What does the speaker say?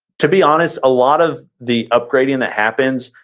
to be honest, a lot of the upgrading that happens,